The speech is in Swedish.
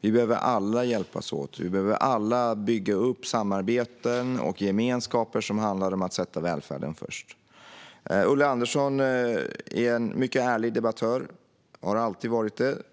Vi behöver alla hjälpas åt. Vi behöver alla bygga upp samarbeten och gemenskaper som handlar om att sätta välfärden först. Ulla Andersson är en mycket ärlig debattör och har alltid varit det.